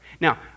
Now